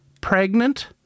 pregnant